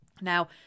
now